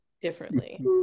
differently